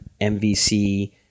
MVC